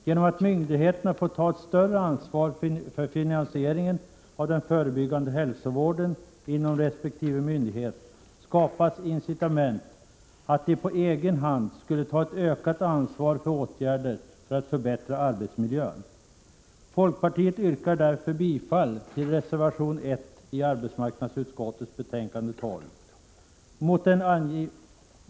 Genom att myndigheterna får ta ett större ansvar för finansieringen av den förebyggande hälsovården skapas incitament för dem att på egen hand ta ett ökat ansvar för åtgärder för att förbättra arbetsmiljön. Jag yrkar därför bifall till reservation 1i arbetsmarknadsutskottets betänkande 12.